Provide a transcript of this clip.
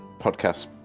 podcast